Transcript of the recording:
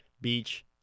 beach